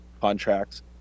contracts